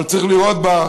אבל צריך לראות בה,